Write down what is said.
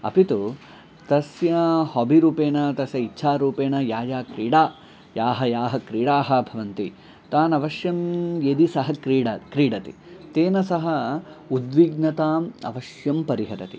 अपि तु तस्य हाबि रूपेण तस्य इच्छा रूपेण या या क्रीडा याः याः क्रीडाः भवन्ति तान् अवश्यं यदि सः क्रीड क्रीडति तेन सह उद्विग्नताम् अवश्यं परिहरति